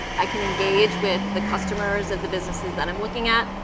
i can engage with the customers of the businesses that i'm looking at,